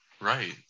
Right